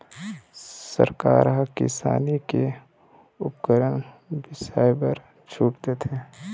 सरकार ह किसानी के उपकरन बिसाए बर छूट देथे